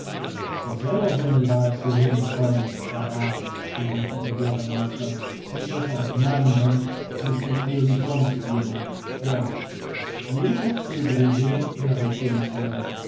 sie selber sollen die wahrheit zu hören bekommen herr rath schrie wüthend der bürgermeister und besser aus meinem munde als von irgend sonst jemand herr jede verzögerung würde entehrend für uns sein